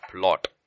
plot